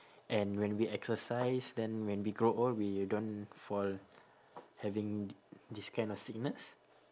and when we exercise then when we grow old we don't fall having this kind of sickness